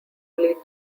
lead